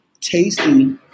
tasty